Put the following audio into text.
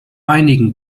einigen